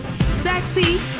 Sexy